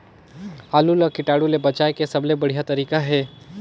आलू ला कीटाणु ले बचाय के सबले बढ़िया तारीक हे?